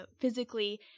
physically